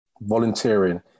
Volunteering